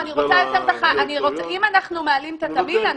אם אנחנו מעלים את התמהיל,